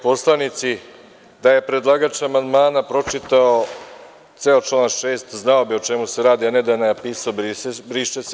Kolege poslanici, da je predlagač amandmana pročitao ceo član 6. znao bi o čemu se radi, a ne što je napisao – briše se.